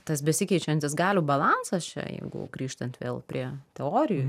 tas besikeičiantis galių balansas čia jeigu grįžtant vėl prie teorijų